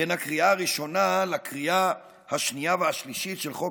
בין הקריאה הראשונה לקריאה השנייה והשלישית של חוק